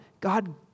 God